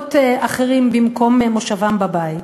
במקומות אחרים, במקום מושבם בבית.